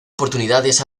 oportunidades